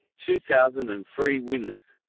two thousand and three winners